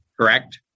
correct